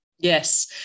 Yes